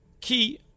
Key